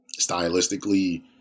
Stylistically